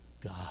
God